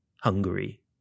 Hungary